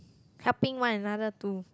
helping one another to